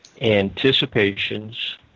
Anticipations